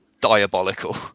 diabolical